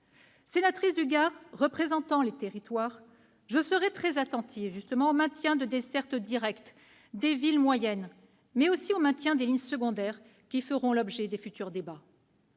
Sénatrice du Gard, représentant les territoires, je serai très attentive au maintien de dessertes directes vers les villes moyennes, mais aussi des lignes secondaires, qui feront l'objet de futurs débats.